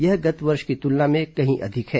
यह गत वर्ष की तुलना में कहीं अधिक है